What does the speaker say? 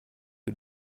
who